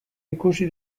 ikusi